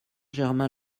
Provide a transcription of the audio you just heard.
germain